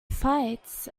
fights